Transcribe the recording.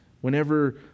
Whenever